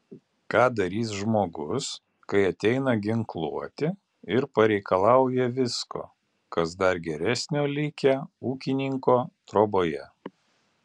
ką darys žmogus kai ateina ginkluoti ir pareikalauja visko kas dar geresnio likę ūkininko troboje